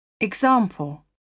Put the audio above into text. example